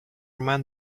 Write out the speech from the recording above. men